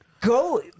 go